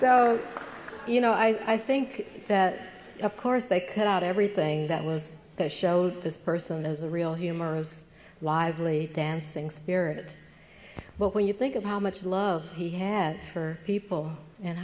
so you know i think that of course they cut out everything that was the show that this person has a real humorous lively dancing spirit but when you think of how much love he had for people and